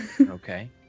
Okay